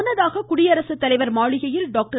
முன்னதாக குடியரசுத்தலைவர் மாளிகையில் டாக்டர்